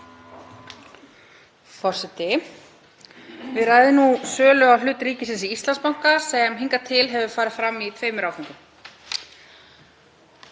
Forseti. Við ræðum nú sölu á hlut ríkisins í Íslandsbanka sem hingað til hefur farið fram í tveimur áföngum.